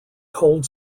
cold